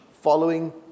following